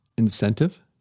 Incentive